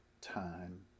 time